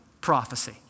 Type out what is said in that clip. prophecy